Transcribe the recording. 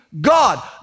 God